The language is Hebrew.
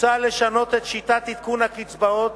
מוצע לשנות את שיטת עדכון הקצבאות